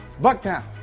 Bucktown